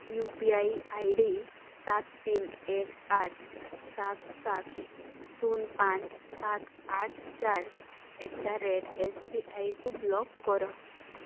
you P I I D ସାତ ତିନି ଏକ ଆଠ ସାତ ସାତ ଶୂନ ପାଞ୍ଚ ସାତ ଆଠ ଚାରି ଆଟ୍ ଦ ରେଟ୍ ଏସବିଆଇକୁ ବ୍ଲକ୍ କର